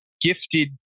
gifted